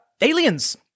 aliens